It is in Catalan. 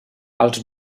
els